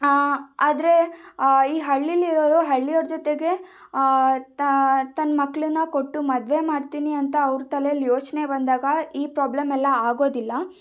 ಆದರೆ ಈ ಹಳ್ಳಿಲಿರೋರು ಹಳ್ಳಿಯೋರ ಜೊತೆಗೆ ತನ್ನ ಮಕ್ಕಳನ್ನು ಕೊಟ್ಟು ಮದುವೆ ಮಾಡ್ತೀನಿ ಅಂತ ಅವರ ತಲೇಲಿ ಯೋಚನೆ ಬಂದಾಗ ಈ ಪ್ರಾಬ್ಲಮ್ ಎಲ್ಲ ಆಗೋದಿಲ್ಲ